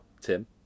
Tim